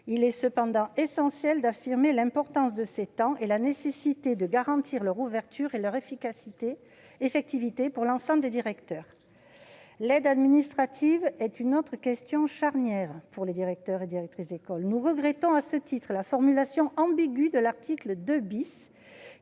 Il est cependant essentiel d'affirmer l'importance de ces temps de décharge et la nécessité de garantir qu'ils sont bien ouverts et effectifs pour l'ensemble des directeurs. L'aide administrative est une autre question charnière pour les directeurs d'école. Nous regrettons, à ce titre, la formulation ambiguë de l'article 2 ,